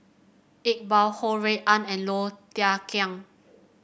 Iqbal Ho Rui An and Low Thia Khiang